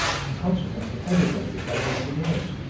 and consequently everybody became engineers.